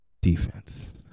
defense